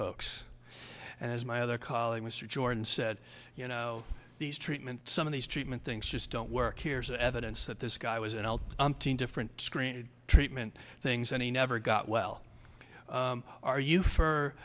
folks as my other colleague mr jordan said you know these treatment some of these treatment things just don't work here's evidence that this guy was an out different screen treatment things and he never got well are you for